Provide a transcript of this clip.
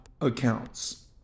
accounts